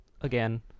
again